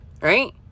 right